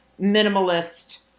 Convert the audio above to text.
minimalist